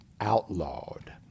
outlawed